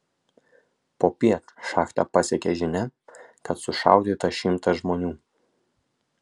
popiet šachtą pasiekė žinia kad sušaudyta šimtas žmonių